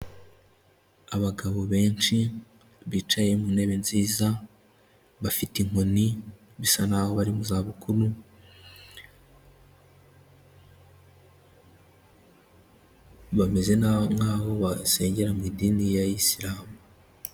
Abagabo benshi bicaye mu ntebe nziza bafite inkoni bisa naho bari mu zabukuru, bameze nk'aho basengera mu idini ya Isilamu.